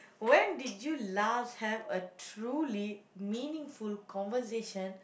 when did you last have a truly meaningful conversation